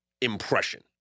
impression